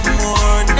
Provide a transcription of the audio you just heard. more